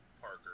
Parker